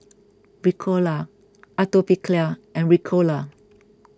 Ricola Atopiclair and Ricola